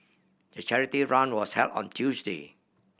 the charity run was held on Tuesday